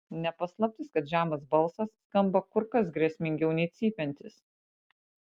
ne paslaptis kad žemas balsas skamba kur kas grėsmingiau nei cypiantis